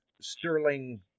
sterling